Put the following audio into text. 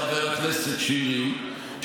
חבר הכנסת שירי,